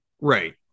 right